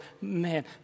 Man